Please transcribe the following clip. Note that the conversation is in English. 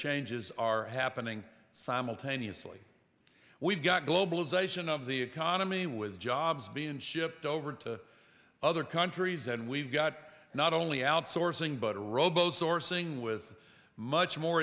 changes are happening simultaneously we've got globalization of the economy with jobs being shipped over to other countries and we've got not only outsourcing but a robo sourcing with much more